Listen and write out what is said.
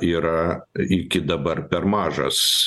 yra iki dabar per mažas